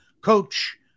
Coach